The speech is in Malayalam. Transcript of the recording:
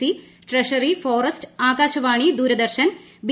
C treasury forest Akashvani Doordarshan B